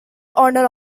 owner